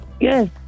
Good